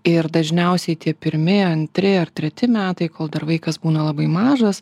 ir dažniausiai tie pirmi antri ar treti metai kol dar vaikas būna labai mažas